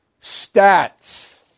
Stats